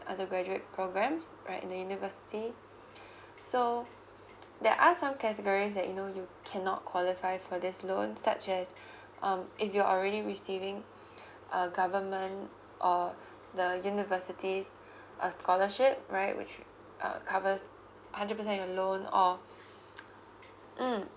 undergraduate programs right in the university so there are some categories that you know you cannot qualify for this loan such as um if you're already receiving a government or the university uh scholarship right which it uh covers hundred percent your loan or mm